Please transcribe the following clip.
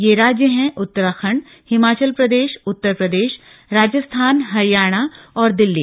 ये राज्य हैं उत्तराखंड हिमाचल प्रदेश उत्तर प्रदेश राजस्थान हरियाणा और दिल्ली